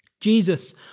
Jesus